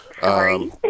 Sorry